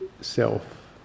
self